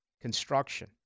Construction